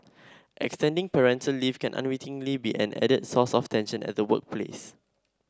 extending parental leave can unwittingly be an added source of tension at the workplace